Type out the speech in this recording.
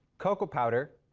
cocoa powder,